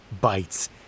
bites